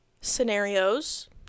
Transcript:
scenarios